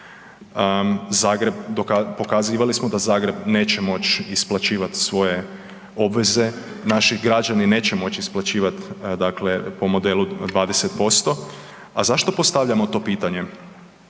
pokazivali smo da Zagreb neće moć isplaćivat svoje obveze, naši građani neće moć isplaćivat, dakle po modelu 20%. A zašto postavljamo to pitanje?